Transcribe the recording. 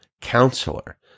Counselor